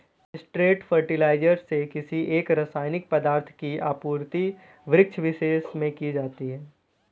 straight fertiliser से किसी एक रसायनिक पदार्थ की आपूर्ति वृक्षविशेष में की जाती है